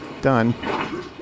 done